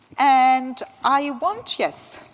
and i want, yes,